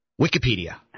Wikipedia